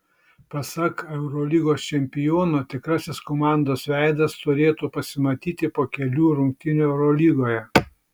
pasak eurolygos čempiono tikrasis komandos veidas turėtų pasimatyti po kelių rungtynių eurolygoje